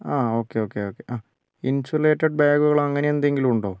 ആ okay okay okay ആ insulated ബാഗുകള് അങ്ങനെ എന്തെങ്കിലും ഉണ്ടോ